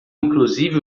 inclusive